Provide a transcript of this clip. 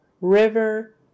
River